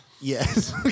Yes